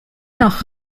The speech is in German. noch